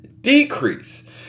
decrease